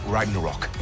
Ragnarok